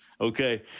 okay